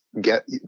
get